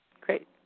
great